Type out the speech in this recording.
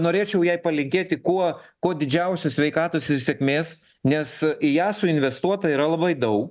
norėčiau jai palinkėti kuo kuo didžiausios sveikatos ir sėkmės nes į ją suinvestuota yra labai dau